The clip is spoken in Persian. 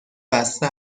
بسته